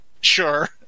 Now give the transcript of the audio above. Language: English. sure